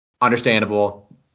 Understandable